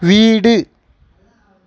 வீடு